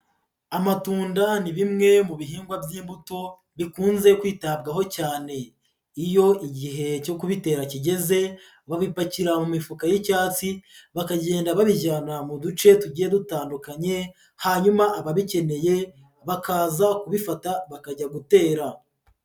Amatunda ni bimwe mu bihingwa by'imbuto bikunze kwitabwaho cyane, iyo igihe cyo kubitera kigeze babipakira mu mifuka y'icyatsi bakagenda babijyana mu duce tugiye dutandukanye, hanyuma ababikeneye bakaza kubifata bakajya gutera.